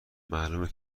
معلومه